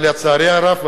אבל לצערי הרב,